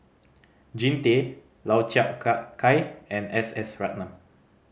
Jean Tay Lau Chiap Khai and S S Ratnam